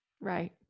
Right